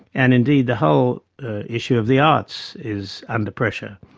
and indeed the whole issue of the arts is under pressure.